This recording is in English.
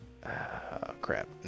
Crap